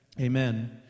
Amen